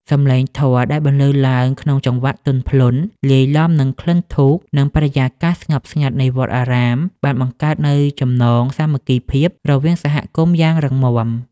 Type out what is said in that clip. សម្លេងធម៌ដែលបន្លឺឡើងក្នុងចង្វាក់ទន់ភ្លន់ លាយឡំនឹងក្លិនធូប និងបរិយាកាសស្ងប់ស្ងាត់នៃវត្តអារាម បានបង្កើតនូវចំណងសាមគ្គីភាពរវាងសហគមន៍យ៉ាងរឹងមាំ។